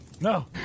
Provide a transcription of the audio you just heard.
No